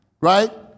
right